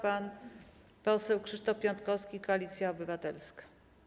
Pan poseł Krzysztof Piątkowski, Koalicja Obywatelska.